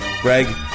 Greg